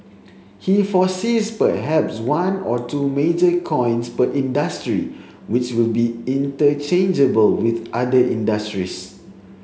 he foresees perhaps one or two major coins per industry which will be interchangeable with other industries